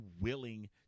willing